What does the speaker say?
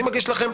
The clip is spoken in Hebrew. אני מגיש לכם,